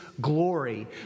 glory